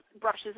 brushes